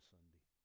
Sunday